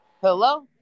Hello